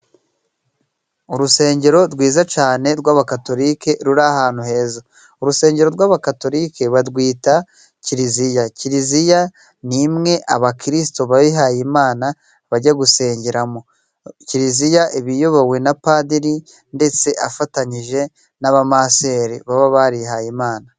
Urusengero rwiza cane rw'abakatolike ruri ahantu heza, urusengero rw'abakatolike barwita kiliziya. Kiliziya ni imwe abakirisito bihaye Imana bajya gusengeramo. Kiliziya iba iyobowe na padiri ndetse afatanyije n'abamasere baba barihaye Imana.